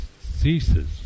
ceases